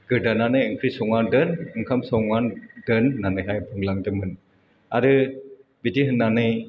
गोदानानै ओंख्रि सङानै दोन ओंखाम सङान दोन होन्नानैहाय बुलांदोंमोन आरो बिदि होन्नानै